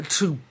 two